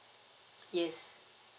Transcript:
yes